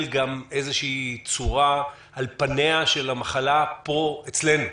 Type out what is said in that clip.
גם איזושהי צורה על פניה של המחלה פה אצלנו,